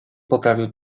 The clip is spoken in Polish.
poprawił